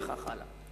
וכך הלאה.